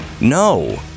No